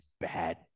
bad